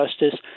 justice